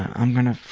i'm going to,